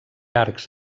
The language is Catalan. arcs